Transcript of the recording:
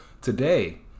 today